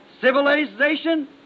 Civilization